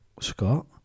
Scott